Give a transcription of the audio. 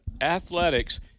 Athletics